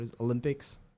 Olympics